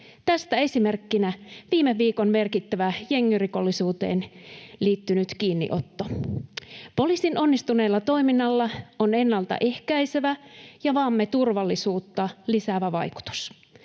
Tästä esimerkkinä viime viikon merkittävä jengirikollisuuteen liittynyt kiinniotto. Poliisin onnistuneella toiminnalla on ennalta ehkäisevä ja maamme turvallisuutta lisäävä vaikutus.